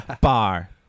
bar